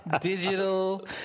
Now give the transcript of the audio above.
digital